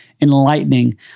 enlightening